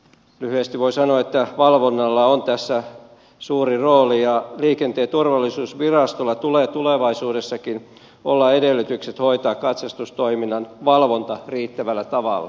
lyhyesti voi sanoa että valvonnalla on tässä suuri rooli ja liikenteen turvallisuusvirastolla tulee tulevaisuudessakin olla edellytykset hoitaa katsastustoiminnan valvonta riittävällä tavalla